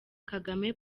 kagame